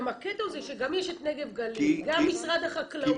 גם הקטע זה שגם יש את נגב גליל, גם משרד החקלאות.